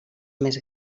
més